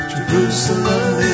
Jerusalem